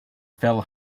fell